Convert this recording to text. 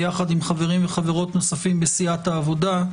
יחד עם חברים וחברות נוספים מסיעת העבודה,